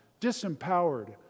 disempowered